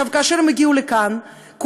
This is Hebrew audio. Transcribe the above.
כאשר הם הגיעו לכאן,